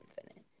infinite